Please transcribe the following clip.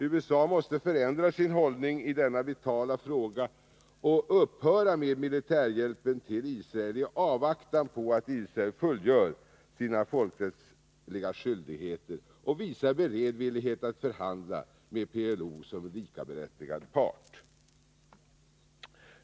USA måste förändra sin hållning i denna vitala fråga och upphöra med militärhjälpen till Israel i avvaktan på att Israel fullgör sina folkrättsliga skyldigheter och visar beredvillighet att förhandla med PLO som likaberättigad part.